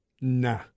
Nah